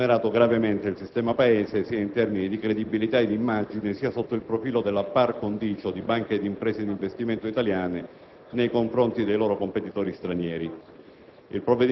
avrebbe vulnerato gravemente il sistema Paese sia in termini di credibilità e immagine, sia sotto il profilo della *par* *condicio* di banche e di imprese di investimento italiane nei confronti dei loro competitori stranieri.